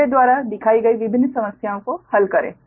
मेरे द्वारा दिखाई गई विभिन्न समस्याओं को हल करे